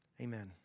amen